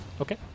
Okay